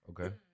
okay